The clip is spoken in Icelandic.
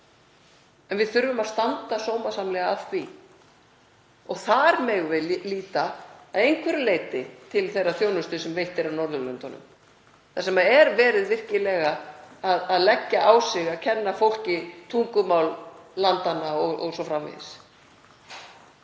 Við þurfum að standa sómasamlega að því og þar megum við líta að einhverju leyti til þeirrar þjónustu sem veitt er á Norðurlöndunum, þar sem virkilega er verið að leggja á sig að kenna fólki tungumál landanna o.s.frv.